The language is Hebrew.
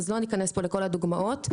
ולכן לא ניכנס לכל הדוגמאות.